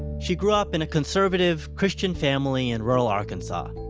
she grew up in a conservative, christian family in rural arkansas.